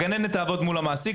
הגננת תעבוד מול המעסיק,